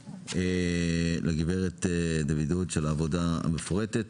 תודה רבה לגברת דוידוביץ' על העבודה המפורטת.